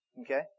okay